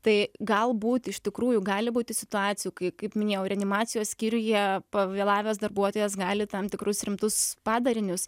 tai galbūt iš tikrųjų gali būti situacijų kai kaip minėjau reanimacijos skyriuje pavėlavęs darbuotojas gali tam tikrus rimtus padarinius